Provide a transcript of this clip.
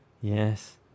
Yes